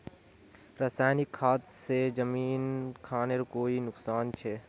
रासायनिक खाद से जमीन खानेर कोई नुकसान छे?